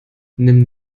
nimm